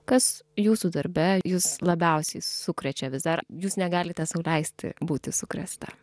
kas jūsų darbe jus labiausiai sukrečia vis dar jūs negalite sau leisti būti sukrėsta